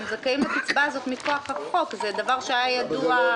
הם זכאים לקצבה הזאת מכוח החוק, זה דבר שהיה ידוע.